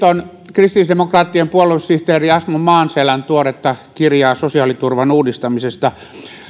kristillisdemokraattien puoluesihteeri asmo maanselän tuoretta kirjaa sosiaaliturvan uudistamisesta